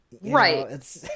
right